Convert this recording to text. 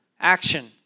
Action